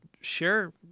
Share